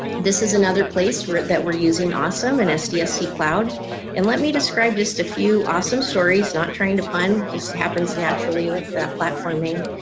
this is another place that we're using awesome and sdsc cloud and let me describe just a few awesome stories, not trying to pun just happens naturally with that platform name,